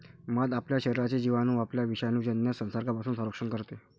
मध आपल्या शरीराचे जिवाणू आणि विषाणूजन्य संसर्गापासून संरक्षण करते